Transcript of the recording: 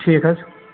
ٹھیٖک حظ